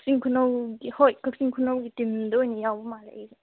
ꯀꯛꯆꯤꯡ ꯈꯨꯅꯧꯒꯤ ꯍꯣꯏ ꯀꯛꯆꯤꯡ ꯈꯨꯅꯧꯒꯤ ꯇꯤꯝꯗ ꯑꯣꯏꯅ ꯌꯥꯎꯕ ꯃꯥꯜꯂꯦ ꯑꯩꯗꯣ